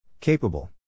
Capable